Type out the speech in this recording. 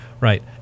Right